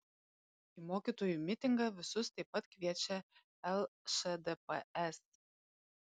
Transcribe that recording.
į mokytojų mitingą visus taip pat kviečia lšdps